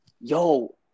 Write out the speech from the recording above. Yo